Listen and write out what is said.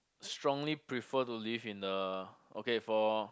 strongly prefer to live in the okay for